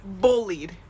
bullied